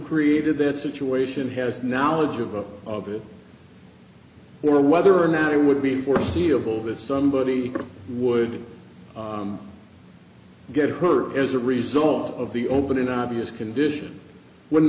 created that situation has knowledge of a of it or whether or not it would be foreseeable that somebody would get her as a result of the opening obvious condition w